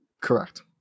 Correct